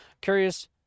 Curious